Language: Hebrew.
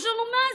אמרו: מה,